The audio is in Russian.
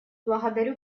благодарю